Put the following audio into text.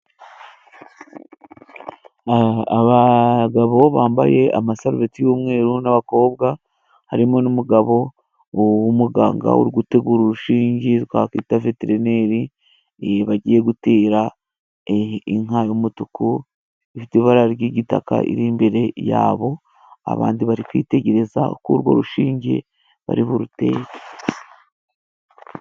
Abagabo bambaye amasarubeti y'umweru n'abakobwa harimo n'umugabo w'umuganga uri gutegura urushinge twakwita veterineri bagiye gutera inka y'umutuku; ifite ibara ry'igitaka, iri imbere ya bo. Abandi bari kwitegereza uko urwo rushinge bari burutere.